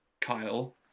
Kyle